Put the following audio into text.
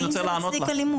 האם זה מצדיק אלימות?